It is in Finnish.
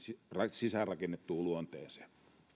sisäänrakennettuun luonteeseen